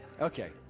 Okay